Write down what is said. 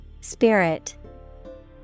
Spirit